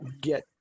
get